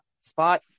spot